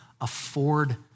afford